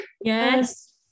Yes